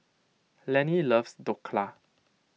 Lennie loves Dhokla